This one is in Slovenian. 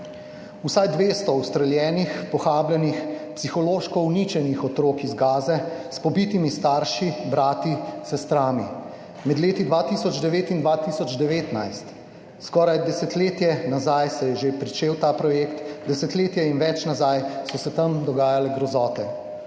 Vsaj 200 ustreljenih, pohabljenih, psihološko uničenih otrok iz Gaze s pobitimi starši, brati, sestrami. Med leti 2009 in 2019, skoraj desetletje nazaj, se je že začel ta projekt, desetletje in več nazaj so se tam dogajale grozote